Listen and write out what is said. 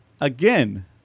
Again